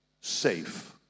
safe